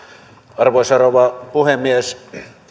arvoisa rouva puhemies